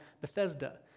Bethesda